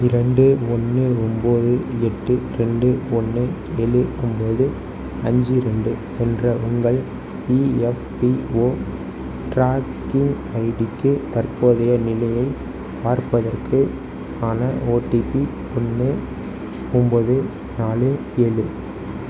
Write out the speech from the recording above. இரண்டு ஒன்று ஒம்போது எட்டு ரெண்டு ஒன்று ஏழு ஒம்போது அஞ்சு ரெண்டு என்ற உங்கள் இஎஃப்பிஒ ட்ராக்கிங் ஐடிக்கு தற்போதைய நிலையை பார்ப்பதற்கு ஆன ஒடிபி ஒன்று ஒம்போது நாலு ஏழு